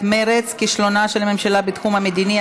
מרצ: כישלונה של הממשלה בתחום המדיני,